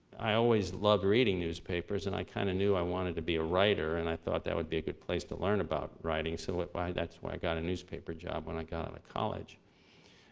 i always loved reading newspapers and i kind of knew i wanted to be a writer and i thought that would be a good place to learn about writing, so why, that's why i got a newspaper job when i got out and of college.